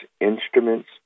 instruments